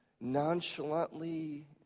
nonchalantly